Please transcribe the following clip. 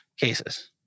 cases